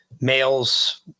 males